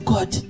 God